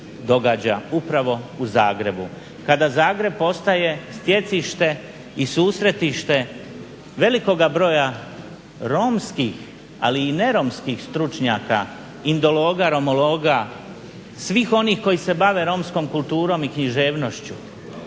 upravo u Zagrebu, kada Zagreb postaje sjecište i susretište velikoga broja romskih, ali i ne romskih stručnjaka, indologa, romologa, svih onih koji se bave romskom kulturom i književnošću.